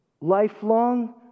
lifelong